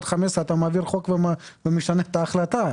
עד 15 אתה מעביר חוק ומשנה את ההחלטה.